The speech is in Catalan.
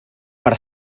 per